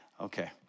Okay